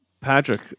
patrick